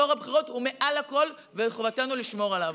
טוהר הבחירות הוא מעל הכול וחובתנו לשמור עליו.